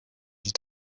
huit